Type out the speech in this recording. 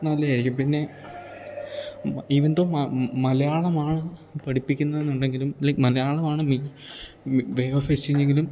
നല്ലതായിരിക്കും പിന്നെ even though മലയാളമാണ് പഠിപ്പിക്കുന്നതെന്നുണ്ടെങ്കിലും ലൈക്ക് മലയാളമാണ് വേ ഓഫ് എശ്ശിങ്ങെങ്കിലും